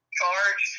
charge